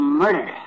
murder